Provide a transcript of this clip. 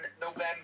november